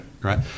Right